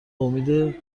امید